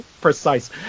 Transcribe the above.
precise